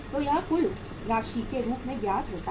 तो यह यहाँ कुल राशि के रूप में ज्ञात होता है